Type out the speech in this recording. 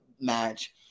match